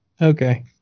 Okay